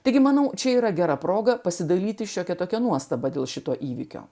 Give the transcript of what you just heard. taigi manau čia yra gera proga pasidalyti šiokia tokia nuostaba dėl šito įvykio